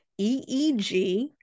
EEG